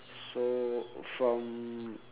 so from